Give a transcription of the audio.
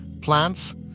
plants